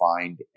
find